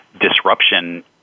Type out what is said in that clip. disruption